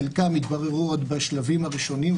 חלקם התבררו עוד בשלבים הראשונים,